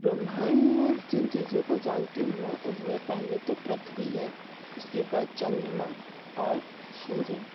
ब्रह्मांड में जिन चीज़ों को जानती हूँ मैं उनमें पहले तो पृथ्वी है उसके बाद चंद्रमा और सूर्य